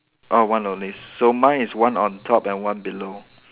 oh one only so mine is one on top and one below